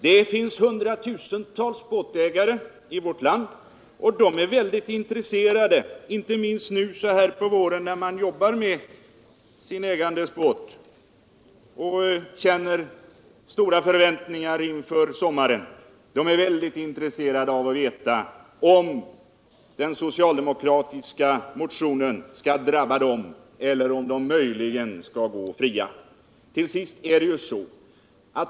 Det finns hundratusentals båtägare i vårt land som — inte minst nu på våren när de jobbar med sin ägandes båt och känner stora förväntningar inför sommaren — är väldigt intresserade av att veta om den socialdemokratiska motionen skall drabba dem eller om de möjligen skall gå fria.